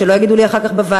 שלא יגידו לי אחר כך בוועדה,